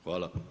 Hvala.